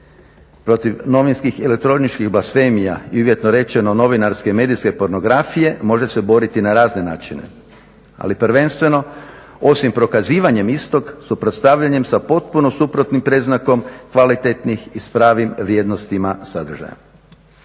Protiv novinskih i elektroničkih blasfemija i uvjetno rečeno novinarske i medijske pornografije može se boriti na razne načine ali prvenstveno osim prokazivanjem istog suprotstavljanjem sa potpuno suprotnim predznakom kvalitetnih i s pravim vrijednostima sadržaja.